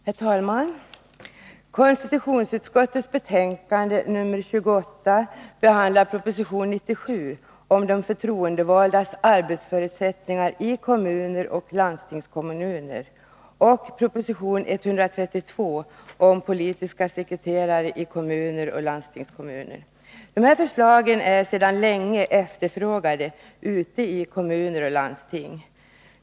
Herr talman! Konstitutionsutskottets betänkande nr 28 behandlar proposition 97 om de förtroendevaldas arbetsförutsättningar i kommuner och landstingskommuner och proposition 132 om politiska sekreterare i kommuner och landstingskommuner. Förslagen är sedan länge efterfrågade ute i kommuner och landsting.